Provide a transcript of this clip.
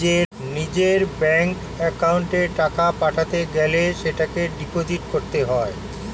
নিজের ব্যাঙ্ক অ্যাকাউন্টে টাকা পাঠাতে গেলে সেটাকে ডিপোজিট করতে হয়